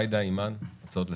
ג'ידא, אימאן, יש הצעות לסדר?